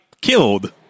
killed